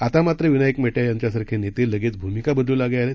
आता मात्र विनायक मेटेसारखे नेते लगेच भूमिका बदलू लागले आहेत